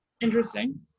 Interesting